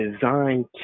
designed